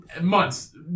months